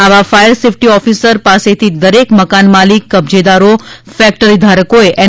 આવા fire safety officer પાસેથી દરેક મકાન માલિક કબજેદારો ફેકટરી ધારકોએ એન